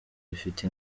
bifite